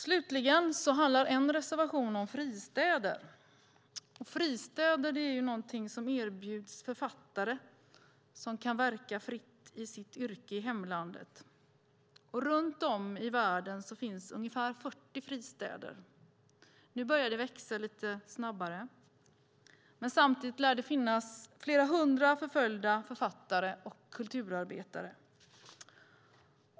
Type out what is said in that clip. Slutligen handlar en reservation om fristäder. Fristäder är ju någonting som erbjuds författare som inte kan verka fritt i sitt yrke i hemlandet. Runt om i världen finns ungefär 40 fristäder. Nu börjar det växa lite snabbare. Samtidigt lär det finnas flera hundra förföljda författare och kulturarbetare.